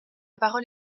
parole